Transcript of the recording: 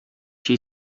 she